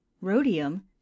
rhodium